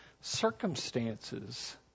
circumstances